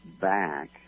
back